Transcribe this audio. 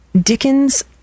Dickens